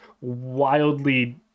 wildly